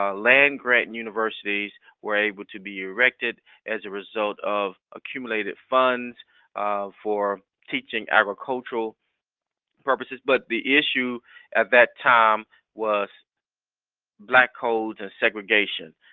ah land grant and universities were able to be erected as a result of accumulative funds um for teaching agricultural purposes. but the issue at that time was black codes and segregation,